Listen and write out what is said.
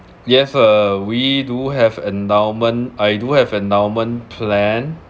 yes uh we do have endowment I do have endowment plan